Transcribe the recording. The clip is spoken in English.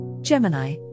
Gemini